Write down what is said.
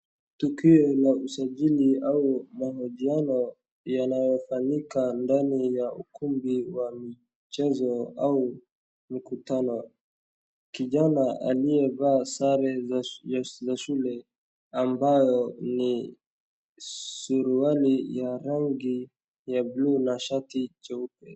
Tukio la usajili au maojiano yanaofanyika ndani ya ukumbi wa michezo au mkutano. Kijana aliyevaa sare za shule ambayo ni suruali ya rangi ya blue na shati jeupe.